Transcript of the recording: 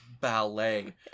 ballet